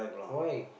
why